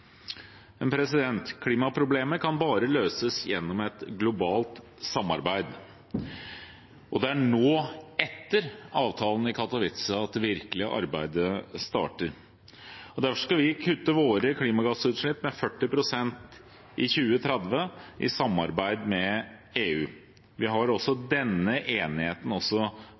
Men klimaproblemet kan bare løses gjennom et globalt samarbeid, og det er nå, etter avtalen i Katowice, det virkelige arbeidet starter. Derfor skal vi kutte våre klimagassutslipp med 40 pst. innen 2030, i samarbeid med EU. Vi har også denne enigheten